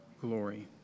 glory